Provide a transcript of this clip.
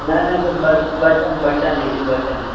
न न सेठ ॿ ॿ टन ॿ टन ए सी ॿ टन